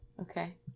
Okay